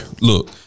look